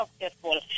successful